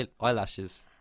eyelashes